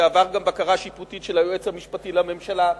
שעבר גם בקרה שיפוטית של היועץ המשפטי לממשלה,